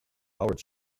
howard